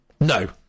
No